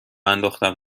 انداختم